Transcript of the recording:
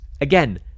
again